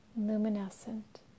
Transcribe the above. luminescent